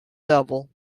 level